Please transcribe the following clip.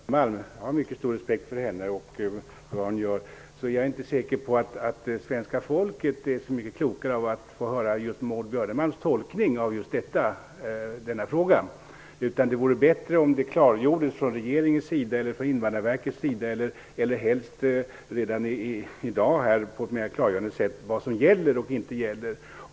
Fru talman! Med all respekt för Maud Björnemalm - jag har mycket stor respekt för henne och för vad hon gör - vill jag säga att jag inte är säker på att svenska folket blir så mycket klokare av att höra Maud Björnemalms tolkning av denna fråga. Det vore bättre om regeringen eller Invandrarverket klargjorde - helst redan i dag - vad som gäller och inte gäller.